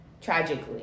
tragically